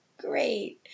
great